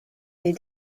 des